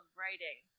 writing